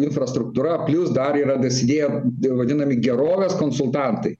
infrastruktūra plius dar yra dasidėję vadinami gerovės konsultantai